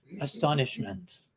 astonishment